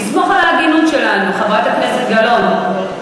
לסמוך על ההגינות שלנו, חברת הכנסת גלאון.